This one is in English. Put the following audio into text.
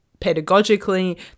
pedagogically